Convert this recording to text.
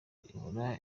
ihora